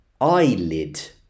eyelid